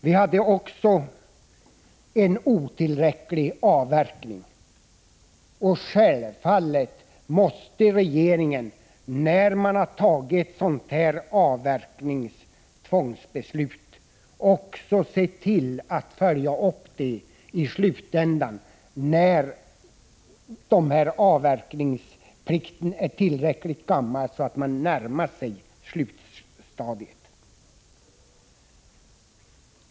Vi hade också en otillräcklig avverkning. Självfallet måste regeringen se till att beslutet om avverkningstvång följs upp i slutändan, när avverkningsplikten gällt tillräckligt länge så att man närmar sig slutstadiet.